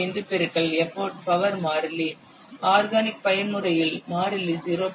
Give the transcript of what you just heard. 5 பெருக்கல் எப்போட் பவர் மாறிலி ஆர்கானிக் பயன்முறையில் மாறிலி 0